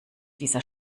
dieser